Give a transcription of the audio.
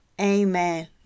Amen